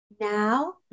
Now